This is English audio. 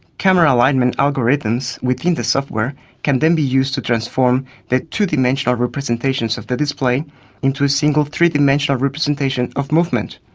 camera alignment algorithms within the software can then be used to transform the two-dimensional representations of the display into a single three-dimensional representation of movement.